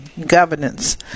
governance